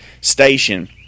station